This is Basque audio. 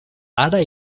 hara